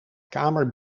kamer